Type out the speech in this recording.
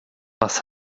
was